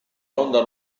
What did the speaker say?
ronda